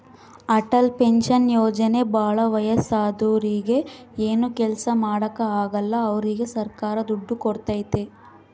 Atal pension ಯೋಜನೆ ಭಾಳ ವಯಸ್ಸಾದೂರಿಗೆ ಏನು ಕೆಲ್ಸ ಮಾಡಾಕ ಆಗಲ್ಲ ಅವ್ರಿಗೆ ಸರ್ಕಾರ ದುಡ್ಡು ಕೋಡ್ತೈತಿ